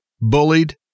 bullied